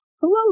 hello